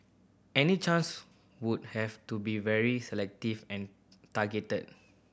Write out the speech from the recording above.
any chance would have to be very selective and targeted